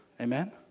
Amen